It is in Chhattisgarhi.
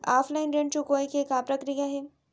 ऑफलाइन ऋण चुकोय के का प्रक्रिया हे?